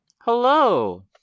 hello